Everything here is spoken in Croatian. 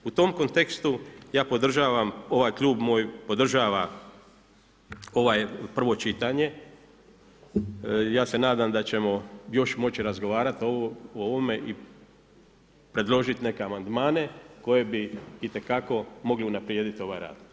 U tom kontekstu ja podržavam, klub moj podržava vo prvo čitanje, ja se nadam da ćemo još moći razgovarati o ovome i predložiti neke amandmane koje bi itekako mogli unaprijediti ovaj rad.